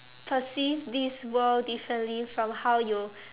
perceive this world differently from how you